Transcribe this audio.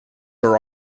are